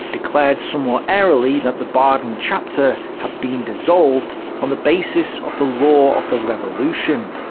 declared somewhat airily that the baden chapter had been dissolved on the basis of the law of the revolution,